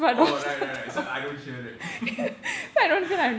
oh right right right so I don't hear that